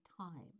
time